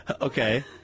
Okay